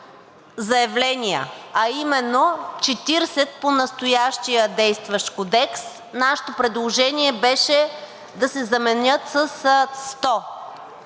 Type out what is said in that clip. а именно 40 по настоящия действащ Кодекс. Нашето предложение беше да се заменят със 100.